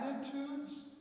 attitudes